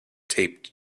taped